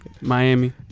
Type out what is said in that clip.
Miami